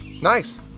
Nice